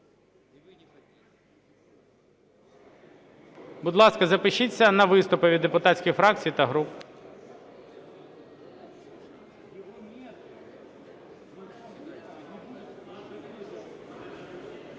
Будь ласка, запишіться на виступи від депутатських фракцій та груп.